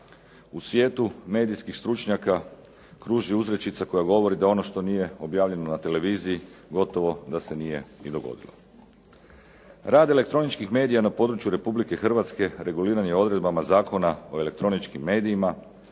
U svijetu medijskih stručnjaka kruži uzrečica koja govori da ono što nije objavljeno na televiziji gotovo da se nije ni dogodilo. Rad elektroničkih medija na području Republike Hrvatske reguliran je odredbama Zakona o elektroničkim medijima,